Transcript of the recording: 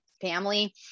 family